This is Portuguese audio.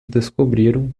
descobriram